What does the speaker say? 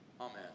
Amen